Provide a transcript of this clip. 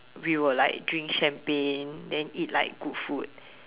we will like drink champagne then eat like good food